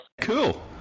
Cool